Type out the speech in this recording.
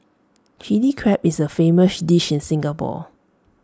Chilli Crab is A famous dish in Singapore